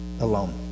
alone